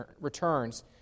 returns